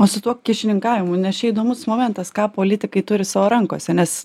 o su tuo kyšininkavimu nes čia įdomus momentas ką politikai turi savo rankose nes